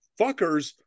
fuckers